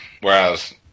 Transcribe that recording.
whereas